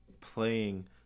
playing